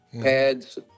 pads